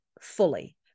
fully